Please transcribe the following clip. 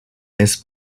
miss